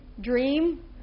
dream